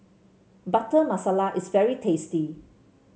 Butter Masala is very tasty